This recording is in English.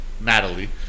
Natalie